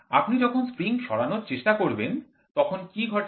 আপনি যখন স্প্রিং সরানোর চেষ্টা করেন তখন কী ঘটে